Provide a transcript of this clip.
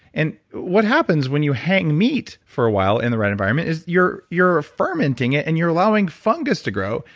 and what happens when you hang meat for a while in the right environment is you're you're fermenting it and you're allowing fungus to grow.